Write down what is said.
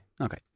Okay